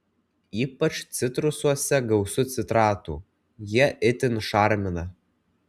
ypač citrusuose gausu citratų jie itin šarmina